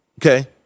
okay